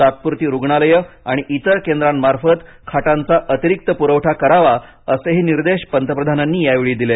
तात्पुरती रुग्णालये आणि इतर केंद्रांमार्फत खाटाचा अतिरिक्त पुरवठा करावा असेही निर्देश पंतप्रधानांनी यावेळी दिले